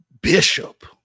Bishop